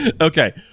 okay